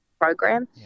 program